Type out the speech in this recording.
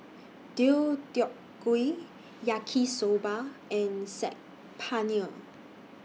Deodeok Gui Yaki Soba and Saag Paneer